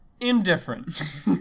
Indifferent